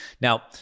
Now